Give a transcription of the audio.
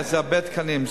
זה הרבה תקנים.